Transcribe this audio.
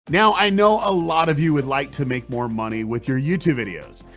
now i know a lot of you would like to make more money with your youtube videos.